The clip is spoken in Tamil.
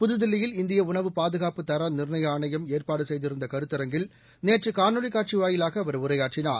புதுதில்லியில் இந்தியஉணவு பாதுகாப்பு தர நிர்ணய ஆணையம் ஏற்பாடுசெய்திருந்தகருத்தரங்கில் நேற்றுகாணொலிக் காட்சிவாயிலாகஅவர் உரையாற்றினார்